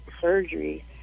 surgery